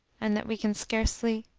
and that we can scarcely.